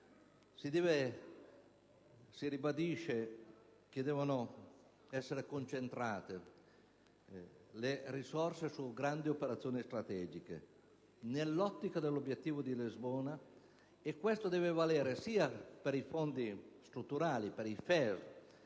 Si ribadisce che le risorse devono essere concentrate su grandi operazioni strategiche nell'ottica dell'obiettivo di Lisbona, e ciò deve valere sia per i fondi strutturali, i FESR,